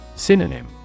Synonym